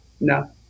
No